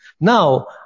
Now